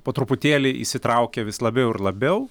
po truputėlį įsitraukia vis labiau ir labiau